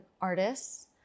artists